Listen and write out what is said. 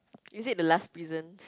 is it the last prison